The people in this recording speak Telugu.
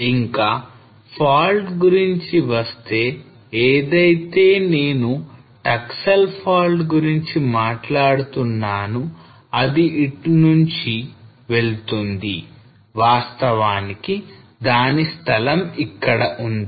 ఇంకా fault గురించి వస్తే ఏదైతే నేను Taksal fault గురించి మాట్లాడుతున్నాను అది ఇటు నుంచి వెళుతుంది వాస్తవానికి దాని స్థలం ఇక్కడ ఉంది